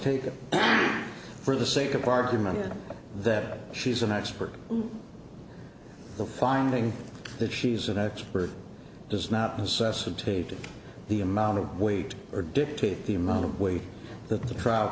it for the sake of argument that she's an expert on the finding that she's an expert does not necessitate the amount of weight or dictate the amount of weight that the trial